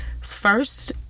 First